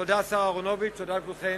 תודה, השר אהרונוביץ, תודה לכולכם.